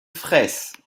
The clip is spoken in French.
fraysse